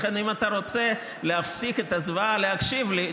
לכן אם אתה רוצה להפסיק את הזוועה של להקשיב לי,